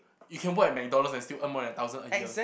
you can work at MacDonald's and still earn more than a thousand a year